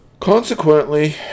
Consequently